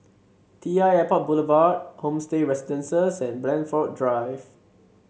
T I Airport Boulevard Homestay Residences and Blandford Drive